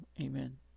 amen